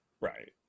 Right